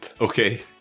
Okay